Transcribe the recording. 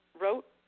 wrote